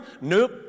Nope